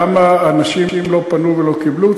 למה אנשים לא פנו ולא קיבלו?